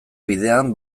bidean